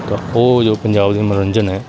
ਤਾਂ ਉਹ ਜੋ ਪੰਜਾਬ ਦੇ ਮਨੋਰੰਜਨ ਹੈ